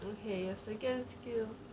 okay the second skill